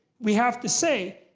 we have to say,